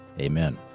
Amen